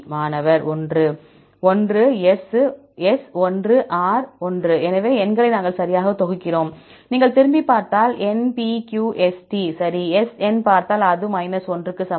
மாணவர் 1 1 S 1 R 1 எனவே எண்களை நாங்கள் சரியாக தொகுக்கிறோம் நீங்கள் திரும்பிப் பார்த்தால் NPQST சரி S N பார்த்தால் அது 1 க்கு சமம்